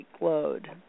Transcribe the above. load